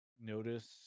notice